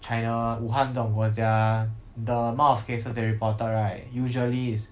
China 武汉这种国家 the amount of cases they reported right usually is